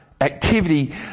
activity